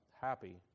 happy